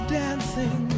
dancing